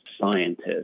scientists